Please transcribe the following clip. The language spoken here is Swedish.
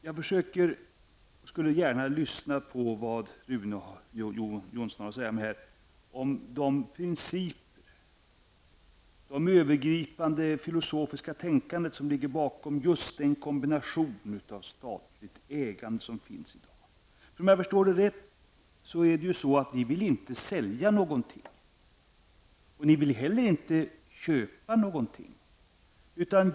Jag skulle gärna lyssna på vad Rune Jonsson har att säga om det, om de principer och det övergripande filosofiska tänkandet som ligger bakom just den kombination av statligt ägande som finns i dag. Om jag har förstått rätt vill ni inte sälja något, och ni vill heller inte köpa något.